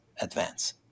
advance